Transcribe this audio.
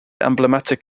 emblematic